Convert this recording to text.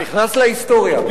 ונכנס להיסטוריה.